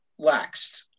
laxed